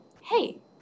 hey